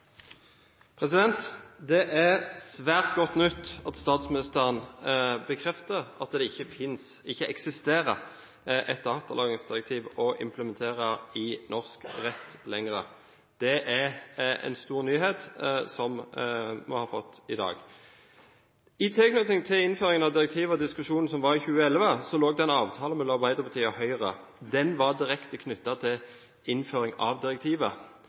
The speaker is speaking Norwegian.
oppfølgingsspørsmål. Det er svært godt nytt at statsministeren bekrefter at det ikke eksisterer et datalagringsdirektiv å implementere i norsk rett lenger. Det er en stor nyhet vi har fått i dag. I tilknytning til innføringen av direktivet og diskusjonen som var i 2011, lå det en avtale mellom Arbeiderpartiet og Høyre. Den var direkte knyttet til innføringen av direktivet.